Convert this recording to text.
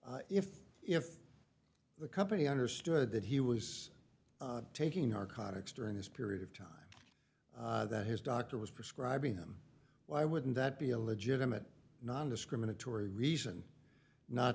case if if the company understood that he was taking our contacts during this period of time that his doctor was prescribing them why wouldn't that be a legitimate nondiscriminatory reason not